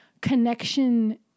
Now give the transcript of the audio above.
connection